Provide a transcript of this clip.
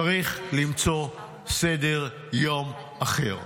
צריך למצוא סדר-יום אחר.